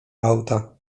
auta